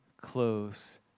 close